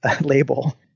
label